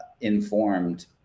informed